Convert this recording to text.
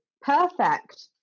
perfect